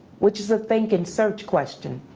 which is a think and search question.